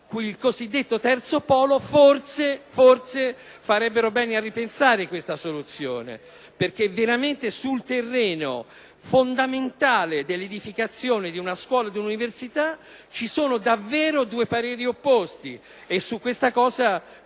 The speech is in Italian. il cosiddetto terzo polo. Forse farebbero bene a ripensare questa soluzione, perche´ sul terreno fondamentale della edificazione di una scuola e di una universita` ci sono davvero due pareri opposti e su questo bisogna